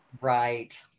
Right